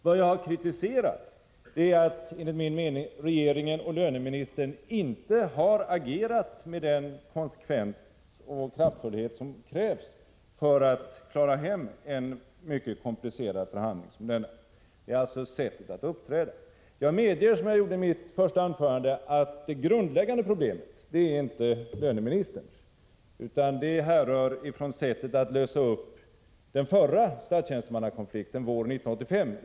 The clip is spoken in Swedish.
Vad jag har kritiserat är att regeringen och löneministern enligt min mening inte har agerat med den konsekvens och kraftfullhet som krävs för att klara hem en mycket komplicerad förhandling som denna. Det gäller alltså sättet att uppträda. Jag medger, som jag gjorde i mitt första anförande, att det grundläggande problemet inte är löneministerns utan det härrör från sättet att lösa upp den förra statstjänstemannakonflikten våren 1985.